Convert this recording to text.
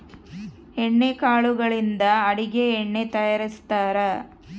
ಎಣ್ಣೆ ಕಾಳುಗಳಿಂದ ಅಡುಗೆ ಎಣ್ಣೆ ತಯಾರಿಸ್ತಾರಾ